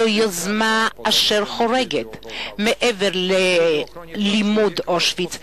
זו יוזמה אשר חורגת מעבר ללימוד הנושא של אושוויץ,